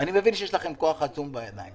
אני מבין שיש לכם כוח עצום בידיים.